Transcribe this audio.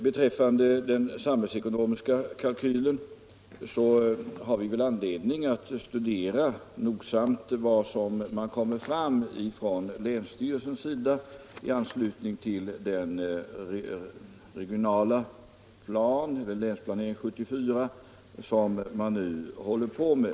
Beträffande den samhällsekonomiska kalkylen har vi väl anledning att nogsamt studera vad som kommer fram från länsstyrelsen i anslutning till den regionala plan, Länsplanering 1974, som man nu håller på med.